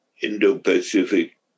Indo-Pacific